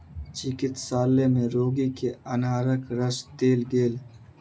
चिकित्सालय में रोगी के अनारक रस देल गेल